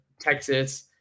Texas